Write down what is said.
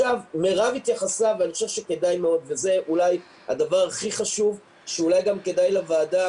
מירב התייחסה וזה אולי הדבר הכי חשוב שאולי גם כדאי לוועדה.